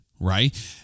Right